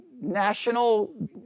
National